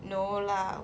no lah